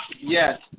Yes